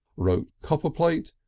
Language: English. wrote copperplate,